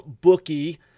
bookie